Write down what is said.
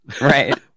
Right